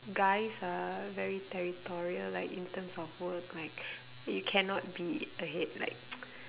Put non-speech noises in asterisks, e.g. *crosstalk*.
guys are very territorial like in terms of work like you cannot be ahead like *noise*